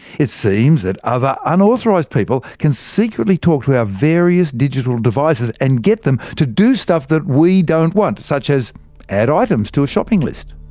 it seems that other unauthorized people can secretly talk to our various digital devices and get them to do stuff that we don't want such as add items to a shopping list.